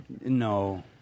No